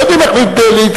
לא יודעים איך להתגונן.